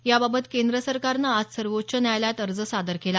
या बाबत केंद्र सरकारनं आज सर्वोच्च न्यायालयात अर्ज सादर केला